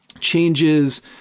changes